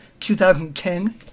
2010